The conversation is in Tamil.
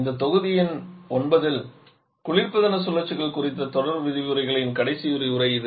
இந்த தொகுதி எண் 9 இல் குளிர்பதன சுழற்சிகள் குறித்த தொடர் விரிவுரைகளின் கடைசி விரிவுரை இது